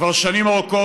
כבר שנים ארוכות,